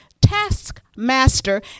taskmaster